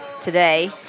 today